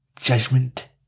judgment